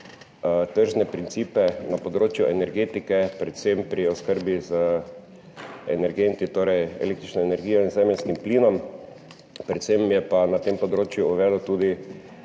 tržne principe na področju energetike, predvsem pri oskrbi z energenti, torej električno energijo in zemeljskim plinom. Predvsem je pa na tem področju uvedel tudi